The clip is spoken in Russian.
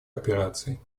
операций